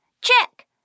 Check